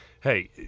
hey